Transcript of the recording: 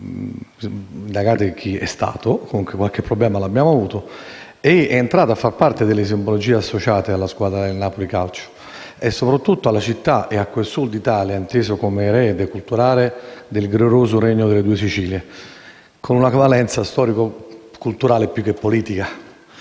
sappiamo chi è stato ma comunque qualche problema l'abbiamo avuto) è entrata a far parte delle simbologie associate alla squadra del Napoli calcio e soprattutto alla città e a quel Sud Italia inteso come erede culturale del glorioso Regno delle Due Sicilie con una valenza storica e culturale più che politica.